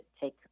take